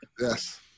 Yes